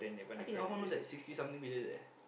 I think our one was sixty something pages eh